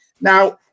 Now